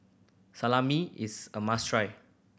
salami is a must try